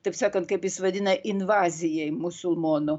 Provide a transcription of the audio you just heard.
taip sakant kaip jis vadina invazijai musulmonų